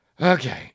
Okay